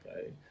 Okay